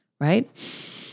Right